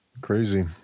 Crazy